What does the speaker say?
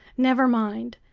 never mind,